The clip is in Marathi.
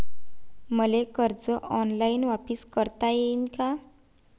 मले कर्ज ऑनलाईन वापिस करता येईन का?